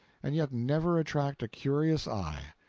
and yet never attract a curious eye,